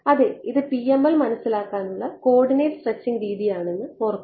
അതെ ഇത് PML മനസ്സിലാക്കാനുള്ള കോർഡിനേറ്റ് സ്ട്രെച്ചിംഗ് രീതിയാണെന്ന് ഓർക്കുക